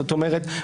זאת אומרת,